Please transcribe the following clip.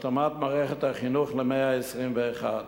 התאמת מערכת החינוך למאה ה-21,